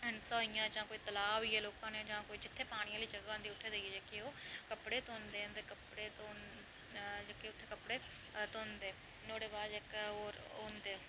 हैंसा होई गेआ जां कोई तला होई गेआ लौह्का नेहा जित्थै पानियै आह्ली जगहां होंदी उत्थै जाइयै ओह् कपड़े धोंदे न अते कपड़े धोंदे जेह्के उत्थै कपड़े धोंदे नुहाड़े बाद जेह्के ओह् होंदे